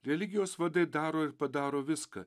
religijos vadai daro ir padaro viską